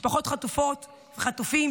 משפחות של חטופות וחטופים,